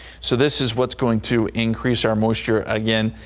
so this is what's going to increase our moisture again.